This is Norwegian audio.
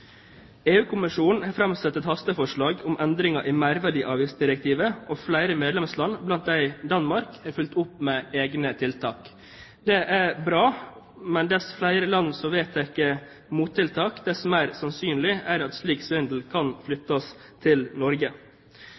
EU-kommisjonen har framsatt et hasteforslag om endring i merverdiavgiftsdirektivet. Flere medlemsland, blant dem Danmark, har fulgt opp med egne tiltak. Det er bra, men dess flere land som vedtar mottiltak, dess mer sannsynlig er det at slik svindel kan flyttes til Norge.